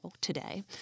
today